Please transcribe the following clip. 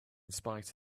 spite